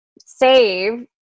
save